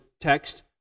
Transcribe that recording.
text